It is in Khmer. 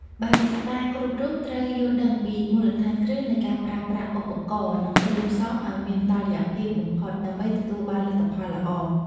បារីស្តាគ្រប់រូបត្រូវយល់ដឹងពីមូលដ្ឋានគ្រឹះនៃការប្រើប្រាស់ឧបករណ៍ និងគ្រឿងផ្សំឱ្យមានតុល្យភាពបំផុត ដើម្បីទទួលបានលទ្ធផលល្អ។